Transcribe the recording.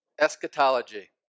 eschatology